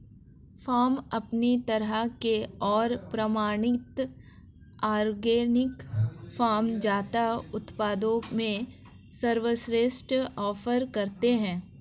farm अपनी तरह के और प्रमाणित ऑर्गेनिक फ़ार्म ताज़ा उत्पादों में सर्वश्रेष्ठ ऑफ़र करते है